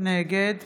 נגד